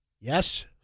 yes